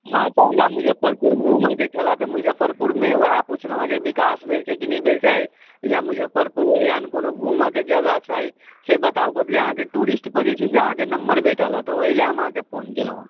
हँ तऽ हमरा मुजफ्फरपुर घूमऽके छलैया तऽ मुजफ्फरपुरमे ओएह पुछ्लहुँ हँ जे विकास भेल छै कि नहि भेल छै या मुजफ्फरपुर एहन कोनो घूमऽके जगह छै से बताउ कथिले आहाँके टुरिष्ट पर जे छै से अहाँकेँ नम्बर भेटलऽ तऽ ओहि लए आहाँकेँ फोन कयलहुँ हँ